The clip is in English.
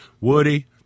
Woody